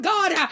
God